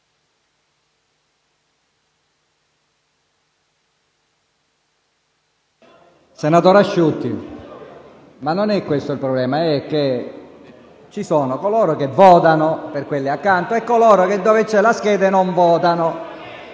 Senatore Asciutti, non è questo il problema. Il punto è che ci sono coloro che votano per quelli accanto e coloro che dove c'è la scheda non votano.